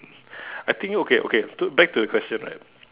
I think okay okay stood back to the question right